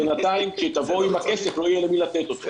בינתיים, כשתבואו עם הכסף לא יהיה למי לתת אותו.